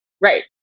Right